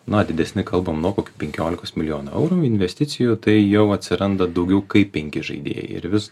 na didesni kalbam nuo kokių penkiolikos milijonų eurų investicijų tai jau atsiranda daugiau kaip penki žaidėjai ir vis